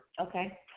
Okay